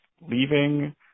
leaving